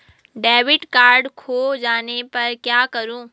Debit card खो जाने पर क्या करूँ?